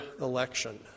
election